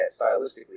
stylistically